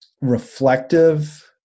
reflective